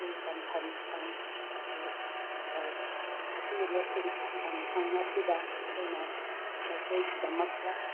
school ꯇꯝꯐꯝ ꯁꯪ ꯑꯁꯤ ꯂꯩ ꯑꯁꯤꯒꯨꯝꯕ ꯁ꯭ꯀꯨꯜ ꯇꯝꯐꯝ ꯁꯪ ꯑꯁꯤꯗ ꯑꯩꯈꯣꯏꯅ ꯃꯈꯣꯏꯒꯤꯗꯃꯛꯇ